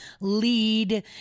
lead